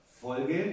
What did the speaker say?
Folge